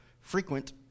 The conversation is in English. frequent